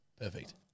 Perfect